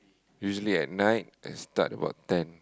usually at night I start about ten